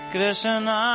Krishna